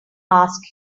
ask